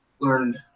Learned